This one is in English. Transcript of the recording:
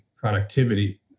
productivity